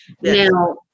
Now